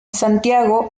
santiago